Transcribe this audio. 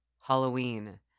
Halloween